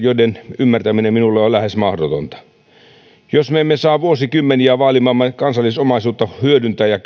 joiden ymmärtäminen minulle on on lähes mahdotonta jos me emme saa vuosikymmeniä vaalimaamme kansallisomaisuutta hyödyntää ja